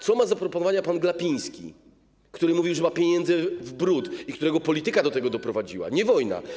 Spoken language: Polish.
Co ma do zaproponowania pan Glapiński, który mówił, że ma pieniędzy w bród i którego polityka do tego doprowadziła, nie wojna?